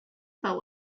about